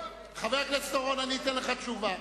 אני אתן לך תשובה.